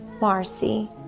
Marcy